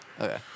Okay